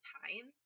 time